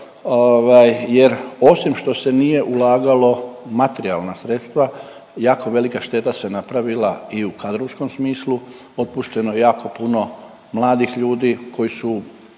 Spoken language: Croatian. jer osim što se nije ulagalo u materijalna sredstva jako velika šteta se napravila i u kadrovskom smislu. Otpušeno je jako puno mladih ljudi koji su